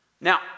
Now